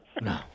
No